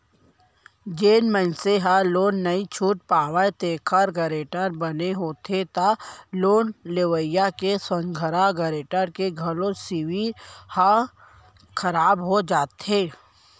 जेन मनसे ह लोन नइ छूट पावय तेखर गारेंटर बने होथे त लोन लेवइया के संघरा गारेंटर के घलो सिविल ह खराब हो जाथे